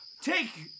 Take